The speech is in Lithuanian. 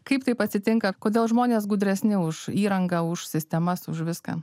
kaip taip atsitinka kodėl žmonės gudresni už įrangą už sistemas už viską